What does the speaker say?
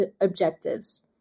objectives